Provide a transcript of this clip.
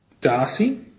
Darcy